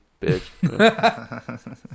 bitch